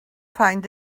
find